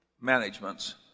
managements